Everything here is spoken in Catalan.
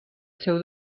seu